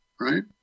right